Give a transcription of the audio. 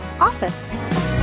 OFFICE